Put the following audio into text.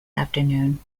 afternoon